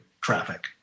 traffic